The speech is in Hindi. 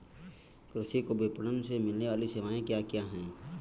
कृषि को विपणन से मिलने वाली सेवाएँ क्या क्या है